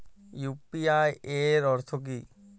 UPI এর অর্থ কি?